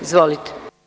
Izvolite.